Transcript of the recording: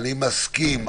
אני מסכים.